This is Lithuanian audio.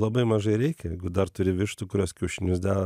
labai mažai reikia dar turi vištų kurios kiaušinius deda